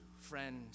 friend